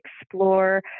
explore